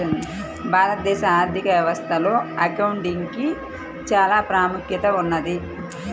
భారతదేశ ఆర్ధిక వ్యవస్థలో అకౌంటింగ్ కి చానా ప్రాముఖ్యత ఉన్నది